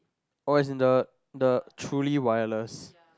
oh it's in the the truly wireless